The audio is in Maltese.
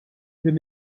prim